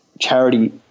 charity